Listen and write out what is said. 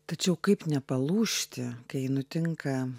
tačiau kaip nepalūžti kai nutinka